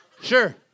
Sure